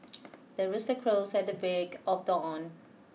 the rooster crows at the break of dawn